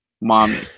mommy